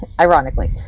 ironically